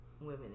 women